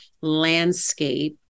landscape